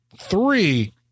three